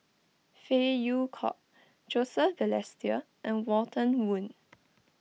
Phey Yew Kok Joseph Balestier and Walter Woon